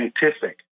scientific